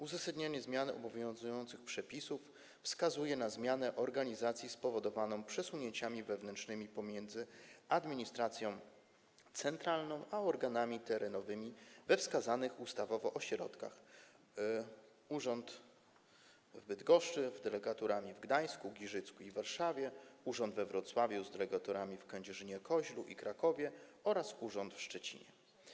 Uzasadnienie zmiany obowiązujących przepisów wskazuje na zmianę organizacji spowodowaną przesunięciami wewnętrznymi pomiędzy administracją centralną a organami terenowymi we wskazanych ustawowo ośrodkach - urząd w Bydgoszczy z delegaturami w Gdańsku, Giżycku i Warszawie, urząd we Wrocławiu z delegaturami w Kędzierzynie-Koźlu i Krakowie oraz urząd w Szczecinie.